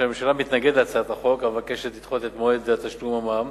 כי הממשלה מתנגדת להצעת החוק המבקשת לדחות את מועד תשלום המע"מ